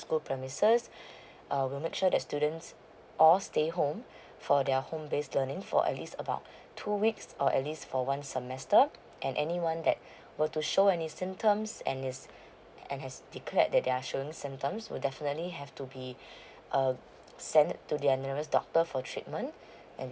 school premises uh we'll make sure that students all stay home for their home base learning for at least about two weeks or at least for one semester and anyone that were to show any symptoms and is and has declared that they're showing symptoms would definitely have to be uh sent to their nearest doctor for treatment and